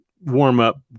warm-up